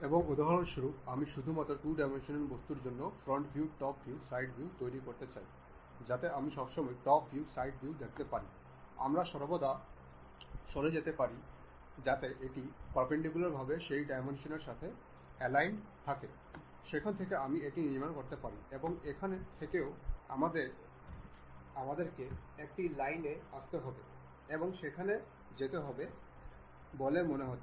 এবং উদাহরণস্বরূপ আমি শুধু 2 ডাইমেনশনাল বস্তুর জন্য front view top view side view তৈরি করতে চাই যাতে আমি সবসময়ই টপ ভিউসাইড ভিউ দেখতে পারি আমি সর্বদা সরে যেতে পারি যাতে এটি পারপেন্ডিকুলার ভাবে সেই ডাইমেনশন এর সাথে অ্যালাইন্ড থাকে সেখান থেকে আমি এটি নির্মাণ করতে পারি এবং এখান থেকেও আমাদের কে একটি লাইন এ আসতে হবে এবং সেখানে যেতে হবে বলে মনে করা হচ্ছে